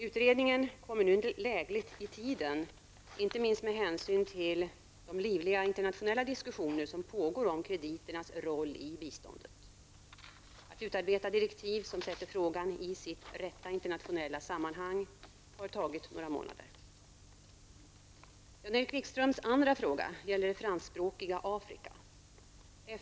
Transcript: Utredningen kommer nu lägligt i tiden, inte minst med hänsyn till de livliga internationella diskussioner som pågår om krediternas roll i biståndet. Att utarbeta direktiv som sätter frågan i sitt rätta internationella sammanhang har tagit några månader. Jan-Erik Wikströms andra fråga gäller det franskspråkiga Afrika.